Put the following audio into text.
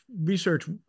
research